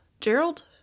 Gerald